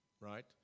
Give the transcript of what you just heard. right